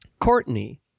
Courtney